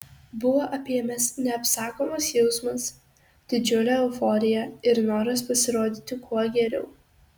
buvo apėmęs neapsakomas jausmas didžiulė euforija ir noras pasirodyti kuo geriau